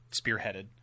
spearheaded